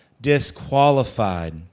disqualified